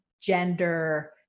gender